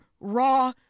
raw